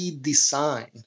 Design